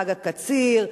חג הקציר.